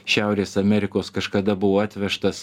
šiaurės amerikos kažkada buvo atvežtas